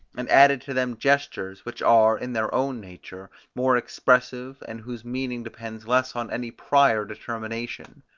and added to them gestures, which are, in their own nature, more expressive, and whose meaning depends less on any prior determination.